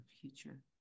future